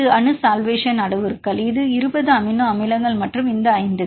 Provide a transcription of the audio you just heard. அணு சல்வேஷன் அளவுருக்கள் இது 20 அமினோ அமிலங்கள் மற்றும் இந்த 5 க்கு